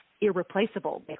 irreplaceable